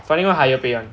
finding one higher pay one